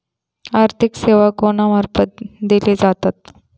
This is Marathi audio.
आर्थिक सेवा कोणा मार्फत दिले जातत?